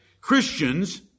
Christians